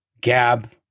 Gab